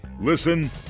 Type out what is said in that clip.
Listen